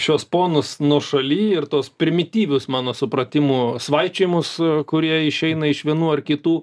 šiuos ponus nuošaly ir tuos primityvius mano supratimu svaičiojimus kurie išeina iš vienų ar kitų